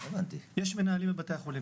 יש מנהלים בבתי החולים